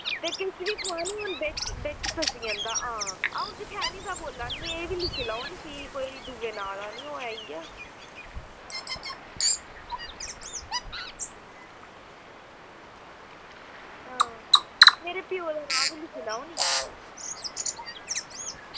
बिच्च फसी जंदा हां अ'ऊं जखैनी दा बोला नी एह् बी लिखी लैओ नी भी कोई दुए नांऽ दा निं होऐ इ'यै हां मेरे प्यो दा नांऽ बी लिखी लैओ नी